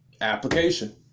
application